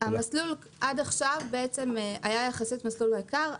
המסלול עד עכשיו בעצם היה יחסית מסלול יקר,